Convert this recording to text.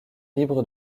libre